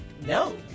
no